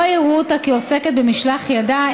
לא יראו אותה כעוסקת במשלח ידה,